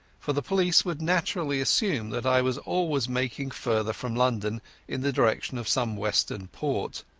for the police would naturally assume that i was always making farther from london in the direction of some western port.